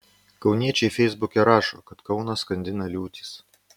kauniečiai feisbuke rašo kad kauną skandina liūtis